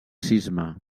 cisma